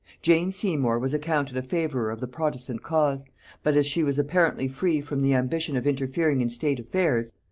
jane seymour was accounted a favourer of the protestant cause but as she was apparently free from the ambition of interfering in state affairs,